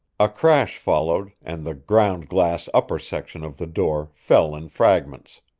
a crash followed, and the ground-glass upper section of the door fell in fragments.